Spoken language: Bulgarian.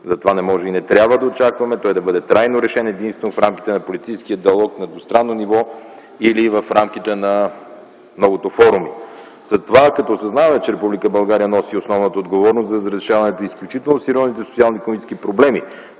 затова не може и не трябва да очакваме той да бъде трайно решен единствено в рамките на политическия диалог на двустранно ниво или в рамките на многото форуми. С това, като осъзнаваме, че Република България носи основната отговорност за разрешаване на изключително сериозните социални икономически проблеми,